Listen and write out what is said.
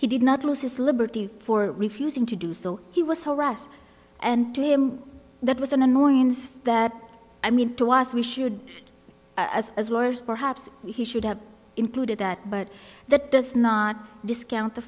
he did not lose his liberty for refusing to do so he was harassed and to him that was an annoyance that i mean to us we should as as lawyers perhaps he should have included that but that does not discount the